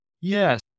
Yes